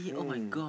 mm